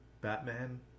Batman